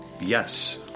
Yes